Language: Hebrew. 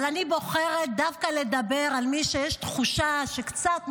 אבל אני בוחרת דווקא לדבר על מי שיש תחושה שקצת נשכחים,